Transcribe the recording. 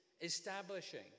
establishing